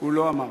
הוא לא אמר.